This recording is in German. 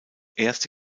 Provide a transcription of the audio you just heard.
erste